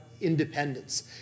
independence